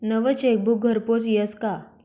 नवं चेकबुक घरपोच यस का?